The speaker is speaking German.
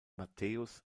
matthäus